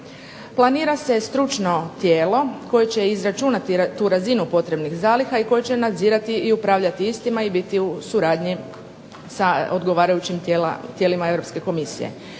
Planira se stručno tijelo koje će izračunati tu razinu potrebnih zaliha koje će nadzirati i upravljati istima i biti u suradnji s odgovarajućim tijelima Europske komisije.